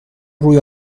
روی